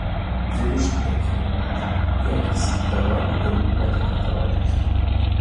dvidešimt penkeri metai niekis be vargo galiu uodegą parodyti